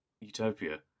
Utopia